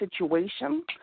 situation